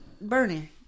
Bernie